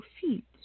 feet